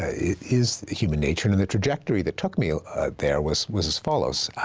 ah is human nature, and the trajectory that took me ah there was was as follows.